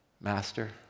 Master